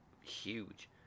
huge